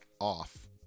off